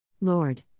Lord